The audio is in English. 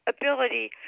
ability